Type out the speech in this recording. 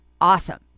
awesome